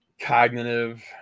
cognitive